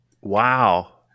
Wow